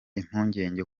impungenge